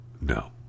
no